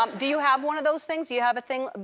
um do you have one of those things? do you have a thing,